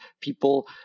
People